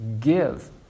give